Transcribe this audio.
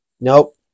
nope